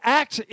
act